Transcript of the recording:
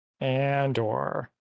Andor